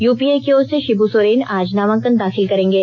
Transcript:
UPA की ओर से शिब्र सोरेन आज नामांकन दाखिल करेंगे